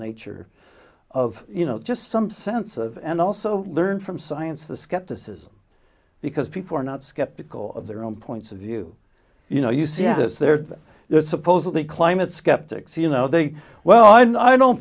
nature of you know just some sense of and also learn from science the skepticism because people are not skeptical of their own points of view you know you see this there is supposedly climate skeptics you know they well i don't